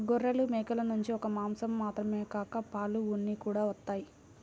గొర్రెలు, మేకల నుంచి ఒక్క మాసం మాత్రమే కాక పాలు, ఉన్ని కూడా వత్తయ్